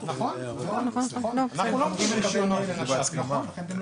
אם אני